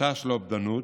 חשש לאובדנות,